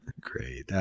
Great